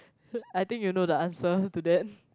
I think you know the answer to that